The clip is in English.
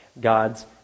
God's